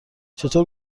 چطور